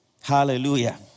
Hallelujah